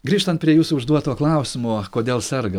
grįžtant prie jūsų užduoto klausimo kodėl serga